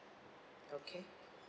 okay